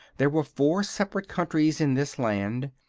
there were four separate countries in this land,